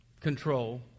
control